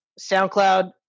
SoundCloud